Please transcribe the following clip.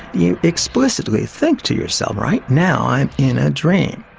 you explicitly think to yourself, right now i'm in a dream.